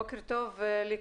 בוקר טוב לכולם,